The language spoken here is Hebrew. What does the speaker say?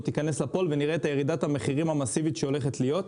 תיכנס לפועל ונראה את ירידת המחירים המאסיבית שהולכת להיות.